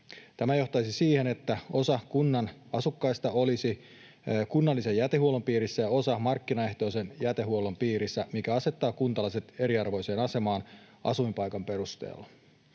Tämä johtaisi siihen, että osa kunnan asukkaista olisi kunnallisen jätehuollon piirissä ja osa markkinaehtoisen jätehuollon piirissä, mikä asettaa kuntalaiset eriarvoiseen asemaan asuinpaikan perusteella.